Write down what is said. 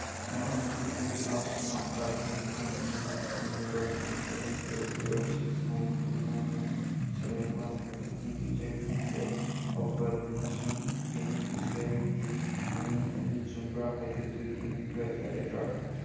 ꯃꯍꯥꯛꯀꯤ N P R smart ꯀꯥꯔꯠꯀꯤ ꯃꯇꯨꯡꯏꯟꯅ phone number nine seven zero zero six nine two nine nine seven one ꯑꯣꯏꯕꯒꯤ ꯌꯨꯖꯔꯒꯤ date of birth ꯑꯃꯁꯨꯡ ꯕꯦꯅꯤꯐꯤꯁ꯭ꯌꯥꯔꯤꯒꯤ ꯃꯃꯤꯡ ꯑꯗꯨ ꯆꯨꯝꯕ꯭ꯔꯥ ꯍꯥꯏꯕꯗꯨ ꯌꯦꯡꯕꯤꯕ ꯌꯥꯒꯗ꯭ꯔꯥ